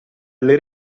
alle